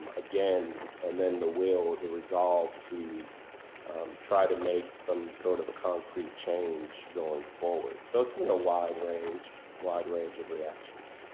again and then the will the resolve to try to make some sort of a concrete change going forward. so it's been a wide range wide range of reactions.